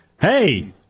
Hey